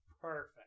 perfect